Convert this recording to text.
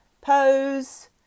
Pose